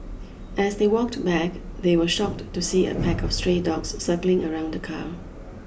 as they walked back they were shocked to see a pack of stray dogs circling around the car